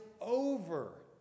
over